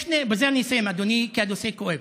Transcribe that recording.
בזה אני אסיים אדוני, כי הנושא כואב: